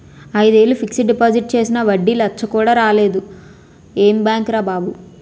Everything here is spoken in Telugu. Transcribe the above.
ఐదేళ్ళు ఫిక్సిడ్ డిపాజిట్ చేసినా వడ్డీ లచ్చ కూడా రాలేదు ఏం బాంకురా బాబూ